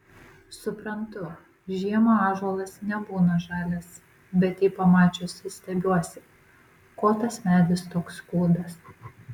suprantu žiemą ąžuolas nebūna žalias bet jį pamačiusi stebiuosi ko tas medis toks kūdas